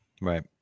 Right